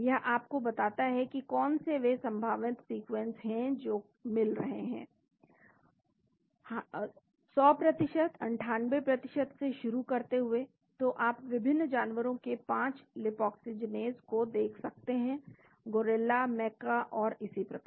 यह आपको बताता है कि कौन से वे विभिन्न प्रोटीन सीक्वेंस हैं जो मिल रहे हैं 100 98 से शुरू करते हुए तो आप विभिन्न जानवरों के 5 लीपाक्सीजीनेज़को देख सकते हैं गोरिल्ला मैक्का और इसी प्रकार